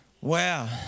Wow